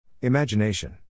Imagination